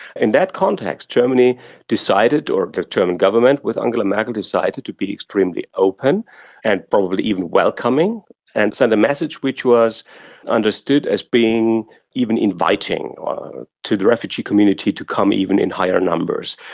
in that context, germany decided or the german government with angela merkel decided to be extremely open and probably even welcoming and sent a message which was understood as being even inviting to the refugee community to come even in higher numbers.